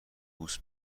بوس